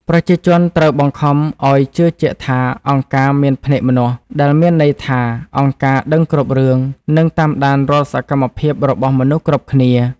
ប្រជាជនត្រូវបានបង្ខំឱ្យជឿជាក់ថា «អង្គការមានភ្នែកម្នាស់» ដែលមានន័យថាអង្គការដឹងគ្រប់រឿង និងតាមដានរាល់សកម្មភាពរបស់មនុស្សគ្រប់គ្នា។